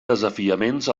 desafiaments